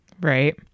right